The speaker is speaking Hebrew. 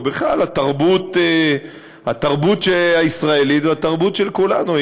ובכלל התרבות הישראלית והתרבות של כולנו,